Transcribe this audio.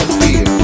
fear